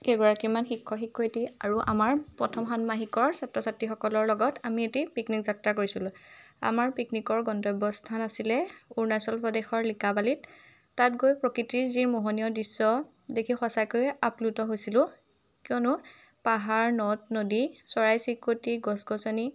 কেইগৰাকীমান শিক্ষক শিক্ষয়িত্ৰী আৰু আমাৰ প্ৰথম সান্মাহিকৰ ছাত্ৰ ছাত্ৰীসকলৰ লগত আমি এটি পিকনিক যাত্ৰা কৰিছিলোঁ আমাৰ পিকনিকৰ গন্তব্য স্থান আছিলে অৰুণাচল প্ৰদেশৰ লিকাবালিত তাত গৈ প্ৰকৃতিৰ যি মোহনীয় দৃশ্য দেখি সঁচাকৈ আপ্লুত হৈছিলোঁ কিয়নো পাহাৰ নদ নদী চৰাই চিৰিকটি গছ গছনি